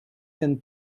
ten